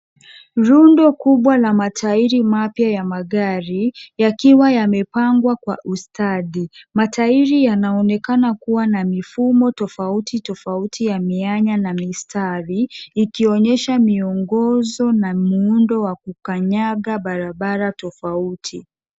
Rundo kubwa la matairi mapya ya magari yakiwa yamepangwa kwa ustadi. Matairi yanaonekana kuwa na mifumo tofauti tofauti ya mianya na mistari ikionyesha miongozo na muundo wa kukanyanga barabara tofauti.